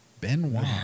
Benoit